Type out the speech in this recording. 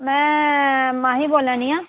मैं माही बोला नी आं